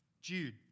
Jude